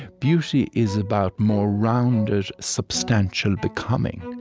beauty is about more rounded, substantial becoming.